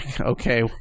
okay